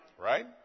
Right